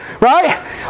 right